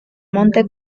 monte